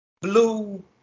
blue